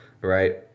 Right